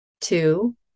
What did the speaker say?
two